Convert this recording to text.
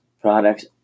products